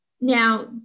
Now